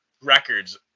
records